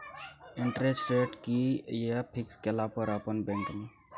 Interest rate कि ये fix केला पर अपन बैंक में?